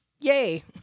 yay